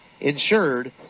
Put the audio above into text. insured